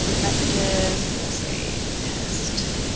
messages and we'll say test